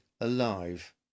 alive